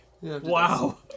Wow